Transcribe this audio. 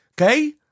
Okay